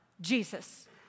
Jesus